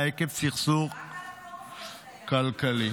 עקב סכסוך --- רק על הקורנפלקס היה,